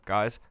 Guys